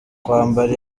kwambara